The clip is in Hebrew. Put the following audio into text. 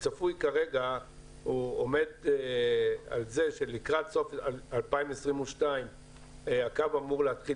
שצפוי כרגע עומד על זה שלקראת סוף 2022 הקו אמור להתחיל